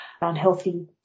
Unhealthy